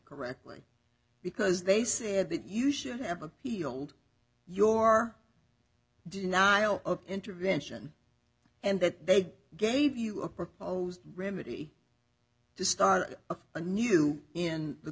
correctly because they said that you should have appealed your denial of intervention and that they gave you a proposed remedy to start a new in the